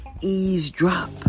eavesdrop